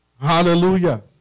Hallelujah